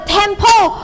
temple